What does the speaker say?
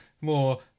More